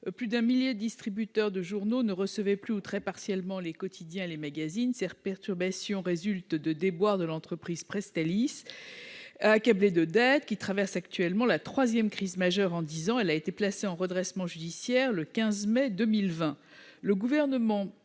Plus d'un millier de distributeurs de journaux ne recevaient plus ou recevaient très partiellement les quotidiens et les magazines. Cette perturbation résulte de déboires de l'entreprise Presstalis, qui, accablée de dettes, traverse actuellement sa troisième crise majeure en dix ans. Elle a été placée en redressement judiciaire le 15 mai